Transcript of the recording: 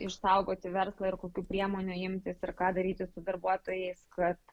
išsaugoti verslą ir kokių priemonių imtis ir ką daryti su darbuotojais kad